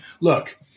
look